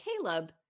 Caleb